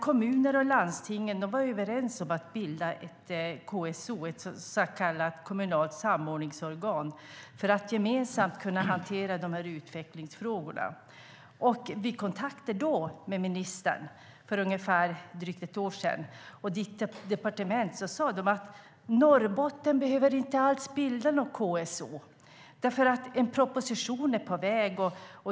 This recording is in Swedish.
Kommunerna och landstinget var överens om att bilda ett gemensamt KSO, ett kommunalt samordningsorgan, för att gemensamt kunna hantera utvecklingsfrågorna. Vid kontakter med ministern och hans departement för drygt ett år sedan sade de att Norrbotten inte alls behövde bilda något KSO eftersom en proposition var på väg.